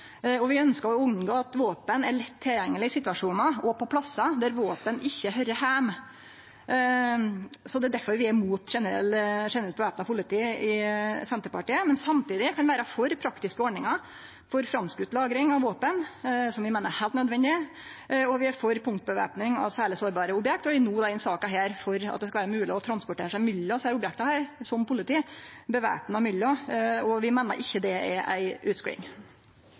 og vi ønskjer å unngå at våpen er lett tilgjengeleg i situasjonar og på stader der våpen ikkje høyrer heime. Det er derfor vi i Senterpartiet er mot generelt væpna politi, men samtidig kan vere for praktiske ordningar som framskoten lagring av våpen, som vi meiner er heilt nødvendig. Og vi er for punktvæpning av særleg sårbare objekt. Og vi er no i denne saka for at det skal vere mogleg å transportere mellom desse objekta med væpna politi, og vi meiner ikkje det er ei